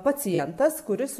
pacientas kuris